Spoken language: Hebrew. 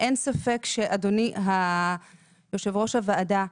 אין ספק שאדוני יושב-ראש הוועדה,